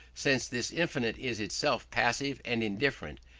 since this infinite is itself passive and indifferent,